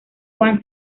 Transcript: juan